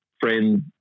friend